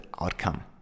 outcome